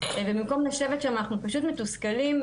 ובמקום לשבת שם אנחנו פשוט מתוסכלים,